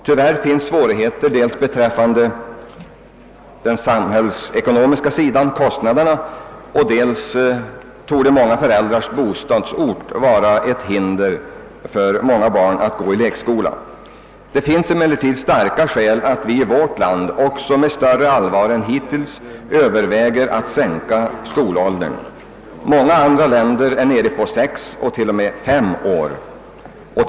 Tyvärr finns det svårigheter dels beträffande den samhällsekonomiska sidan — på grund av kostnaderna — dels torde många föräldrars bostadsort utgöra hinder för många barn att gå i lekskola. Det finns emellertid starka skäl som talar för att vi i vårt land med större allvar än hittills bör överväga att sänka skolåldern. Många andra länder har lägre skolålder än vi har i vårt land. Sex år är vanligt och t.o.m. fem år som i t.ex. England.